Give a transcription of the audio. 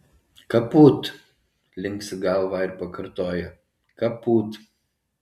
kaput linksi galvą ir pakartoja kaput